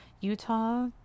Utah